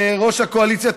ראש הקואליציה,